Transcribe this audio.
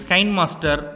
Kindmaster